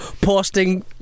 Posting